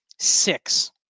six